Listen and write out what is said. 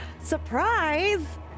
Surprise